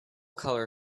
colour